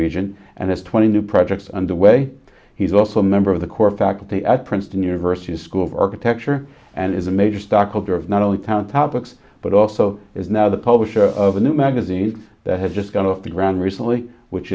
region and has twenty new projects underway he's also a member of the core faculty at princeton university's school of architecture and is a major stockholder of not only town topics but also is now the publisher of a new magazine that has just gotten off the ground recently which